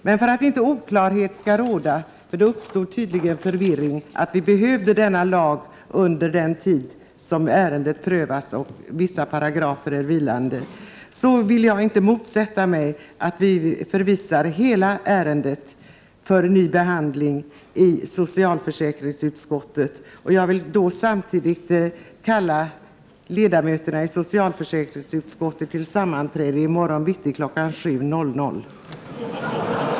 Men för att det inte skall råda någon oklarhet — det uppstod tydligen förvirring, eftersom vi behöver denna lag under den tid som ärendet prövas och vissa paragrafer är vilande — motsätter jag mig inte att vi återförvisar hela ärendet till socialförsäkringsutskottet för förnyad behandling. Samtidigt kallar jag ledamöterna i socialförsäkringsutskottet till sammanträde i morgon bitti kl. 07.00.